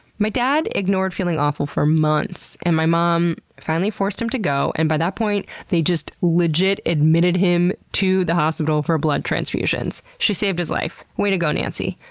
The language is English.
my dad ignored feeling awful for months and my mom finally forced him to go, and by that point they just legit admitted him to the hospital for blood transfusions. she saved his life. way to go, nancy!